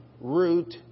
root